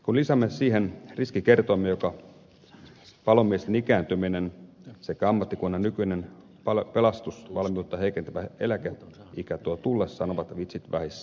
kun lisäämme siihen riskikertoimen jonka palomiesten ikääntyminen sekä ammattikunnan nykyinen pelastusvalmiutta heikentävä eläkeikä tuovat tullessaan ovat vitsit vähissä